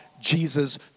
Jesus